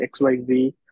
XYZ